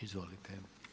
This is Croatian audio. Izvolite.